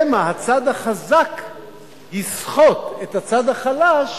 שמא הצד החזק יסחט את הצד החלש